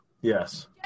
Yes